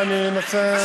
ואני אנסה,